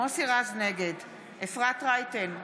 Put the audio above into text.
נגד אפרת רייטן מרום,